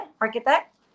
Architect